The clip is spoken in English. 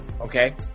okay